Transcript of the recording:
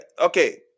okay